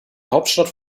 hauptstadt